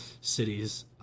cities